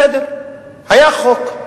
בסדר, היה חוק,